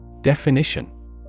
Definition